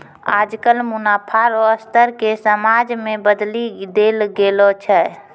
आजकल मुनाफा रो स्तर के समाज मे बदली देल गेलो छै